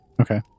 Okay